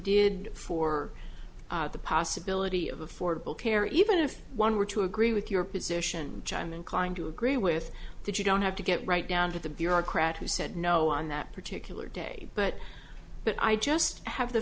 did for the possibility of affordable care even if one were to agree with your position john inclined to agree with that you don't have to get right down to the bureaucrat who said no on that particular day but but i just have the